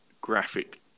graphic